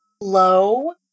low